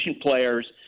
players